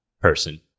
person